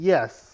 Yes